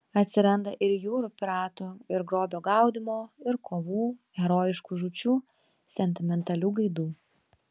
atsiranda ir jūrų piratų ir grobio gaudymo ir kovų herojiškų žūčių sentimentalių gaidų